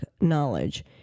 knowledge